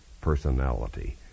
personality